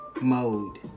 mode